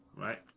right